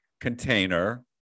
container